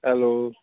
hello